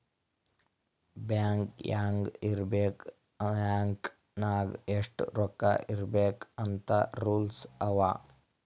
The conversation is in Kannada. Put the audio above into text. ಬ್ಯಾಂಕ್ ಹ್ಯಾಂಗ್ ಇರ್ಬೇಕ್ ಬ್ಯಾಂಕ್ ನಾಗ್ ಎಷ್ಟ ರೊಕ್ಕಾ ಇರ್ಬೇಕ್ ಅಂತ್ ರೂಲ್ಸ್ ಅವಾ